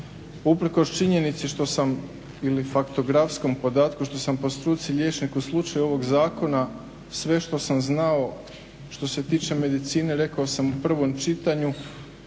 Uprkos činjenice što sam ili faktografskom podatku što sam po struci liječnik u slučaju ovog zakona sve što sam znao što se tiče medicine rekao sam u prvom čitanju.